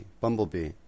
Bumblebee